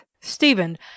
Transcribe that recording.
Stephen